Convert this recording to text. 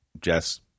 jess